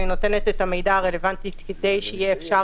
היא נותנת את המידע הרלוונטי כדי שיהיה אפשר